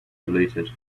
deleted